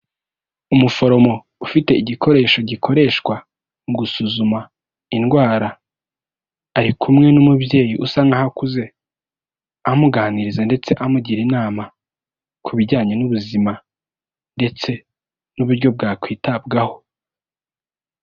Umuforomo ufite igikoresho gikoreshwa mu gusuzuma indwara, ari kumwe n'umubyeyi usa nk'aho akuze, amuganiriza ndetse amugira inama ku bijyanye n'ubuzima ndetse n'uburyo bwakwitabwaho.